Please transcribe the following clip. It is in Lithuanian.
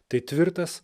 tai tvirtas